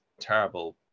terrible